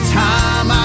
time